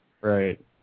right